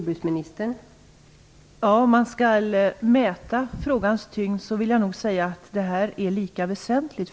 Fru talman! Om det gäller att mäta frågans tyngd vill jag nog säga att den är lika väsentlig.